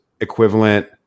equivalent